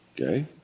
Okay